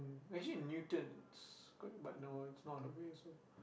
we're actually in Newton it's gonna no it's not on the way so